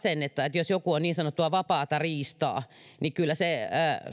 sitä asennetta että jos joku on niin sanottua vapaata riistaa niin kyllä se